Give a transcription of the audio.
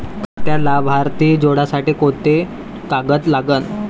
खात्यात लाभार्थी जोडासाठी कोंते कागद लागन?